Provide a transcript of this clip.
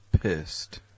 pissed